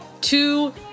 two